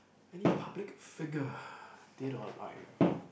any public figure dead or alive